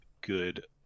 good